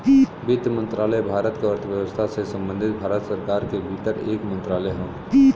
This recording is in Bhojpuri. वित्त मंत्रालय भारत क अर्थव्यवस्था से संबंधित भारत सरकार के भीतर एक मंत्रालय हौ